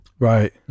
right